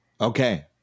Okay